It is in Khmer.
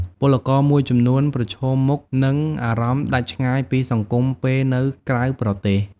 ពលករមួយចំនួនប្រឈមមុខនឹងអារម្មណ៍ដាច់ឆ្ងាយពីសង្គមពេលនៅក្រៅប្រទេស។